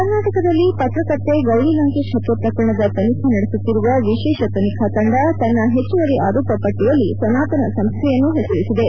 ಕರ್ನಾಟಕದಲ್ಲಿ ಪರ್ತೆಕರ್ತೆ ಗೌರಿಲಂಕೇಶ್ ಪತ್ಯೆ ಪ್ರಕರಣದ ತನಿಖೆ ನಡೆಸುತ್ತಿರುವ ವಿಶೇಷ ತನಿಖಾ ತಂಡ ತನ್ನ ಹೆಚ್ಚುವರಿ ಆರೋಪ ಪಟ್ಟಿಯಲ್ಲಿ ಸನಾತನ ಸಂಸ್ಹೆಯನ್ನು ಹೆಸರಿಸಿದೆ